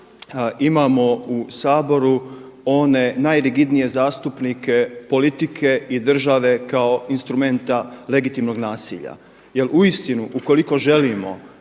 imamo u Saboru one najrigidnije zastupnike politike i države kao instrumenta legitimnog nasilja. Jer uistinu, ukoliko želimo